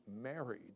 married